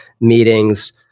meetings